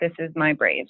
thisismybrave